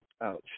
Ouch